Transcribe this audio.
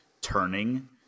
turning